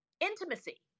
Intimacy